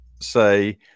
say